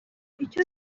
icyo